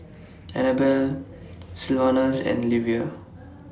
Anabel Sylvanus and Livia